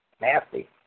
nasty